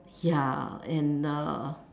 ya and uh